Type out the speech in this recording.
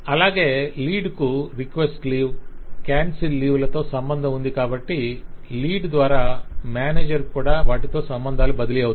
అలాగే లీడ్ కు request leave cancel leave లతో సంబంధం ఉంది కాబట్టి లీడ్ ద్వారా మేనేజర్ కు కూడా వాటితో సంబంధాలు బదిలీ అవుతాయి